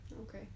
Okay